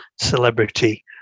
celebrity